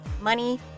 money